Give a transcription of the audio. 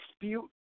dispute